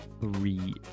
three